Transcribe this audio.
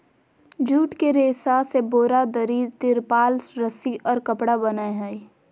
jute के रेशा से बोरा, दरी, तिरपाल, रस्सि और कपड़ा बनय हइ